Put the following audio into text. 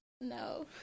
No